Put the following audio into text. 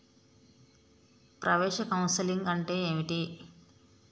ప్రవేశ కౌన్సెలింగ్ అంటే ఏమిటి?